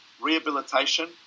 rehabilitation